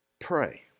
Pray